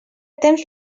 temps